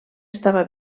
estava